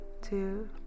Two